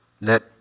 let